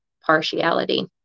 partiality